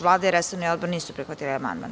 Vlada i resorni odbor nisu prihvatili amandman.